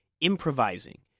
improvising